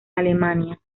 alemania